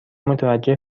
متوجه